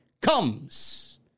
comes